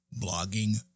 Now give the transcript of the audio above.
blogging